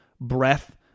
breath